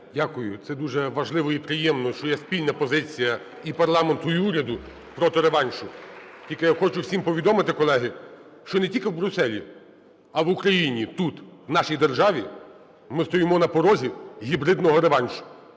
Дякую. Це дуже важливо і приємно, що є спільна позиція і парламенту, і уряду проти реваншу. Тільки я хочу всім повідомити, колеги, що не тільки в Брюсселі, а в Україні, тут, в нашій державі, ми стоїмо на порозі гібридного реваншу,